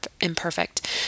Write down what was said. imperfect